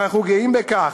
ואנחנו גאים בכך.